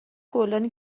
گلدانی